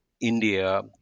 india